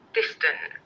distant